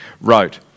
wrote